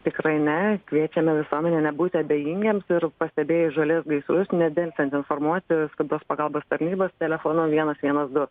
tikrai ne kviečiame visuomenę nebūti abejingiems ir pastebėjus žolės gaisrus nedelsiant informuoti skubios pagalbos tarnybas telefonu vienas vienas du